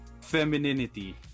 femininity